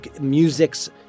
music's